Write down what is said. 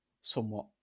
somewhat